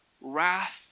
wrath